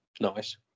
Nice